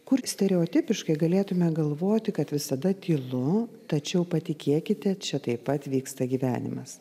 kur stereotipiškai galėtume galvoti kad visada tylu tačiau patikėkite čia taip pat vyksta gyvenimas